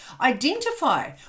Identify